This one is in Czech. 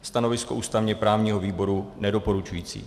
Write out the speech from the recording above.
Stanovisko ústavněprávního výboru nedoporučující.